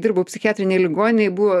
dirbau psichiatrinėj ligoninėj buvo